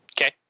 Okay